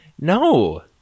No